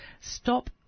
Stop